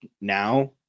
Now